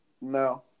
No